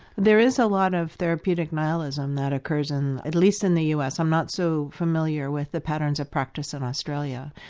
there is a lot of therapeutic nihilism that occurs, and at least in the us, i'm not so familiar with the patterns of practice in australia,